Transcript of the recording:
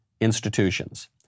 institutions